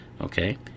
Okay